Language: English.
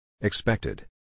Expected